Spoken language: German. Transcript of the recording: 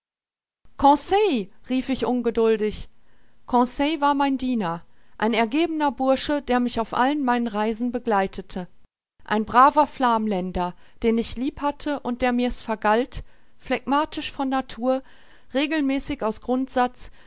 rief ich ungeduldig conseil war mein diener ein ergebener bursche der mich auf allen meinen reisen begleitete ein braver flamländer den ich lieb hatte und der mir's vergalt phlegmatisch von natur regelmäßig aus grundsatz